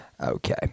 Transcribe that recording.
Okay